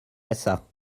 rsa